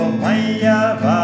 maya